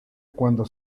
cuando